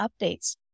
updates